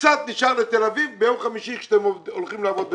קצת נשאר לתל אביב ביום חמישי כשהם יורדים לעבוד שם.